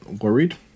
worried